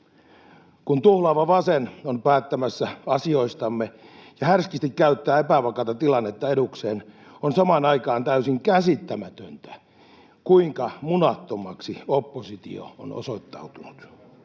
Kun tuhlaava vasen on päättämässä asioistamme ja härskisti käyttää epävakaata tilannetta edukseen, on samaan aikaan täysin käsittämätöntä, kuinka munattomaksi oppositio on osoittautunut